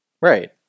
Right